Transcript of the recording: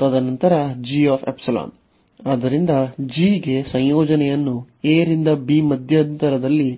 ತದನಂತರ ಆದ್ದರಿಂದ g ಗೆ ಸಂಯೋಜನೆಯನ್ನು a ರಿಂದ b ಮಧ್ಯಂತರದಲ್ಲಿ